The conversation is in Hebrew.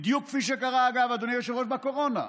בדיוק כפי שקרה, אגב אדוני יושב-ראש, בקורונה.